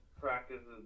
practices